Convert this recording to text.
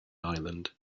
island